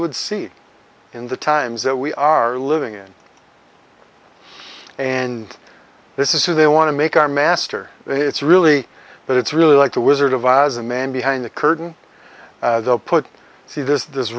would see in the times that we are living in and this is who they want to make our master it's really but it's really like the wizard of oz the man behind the curtain put you see this this